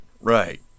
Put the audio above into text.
right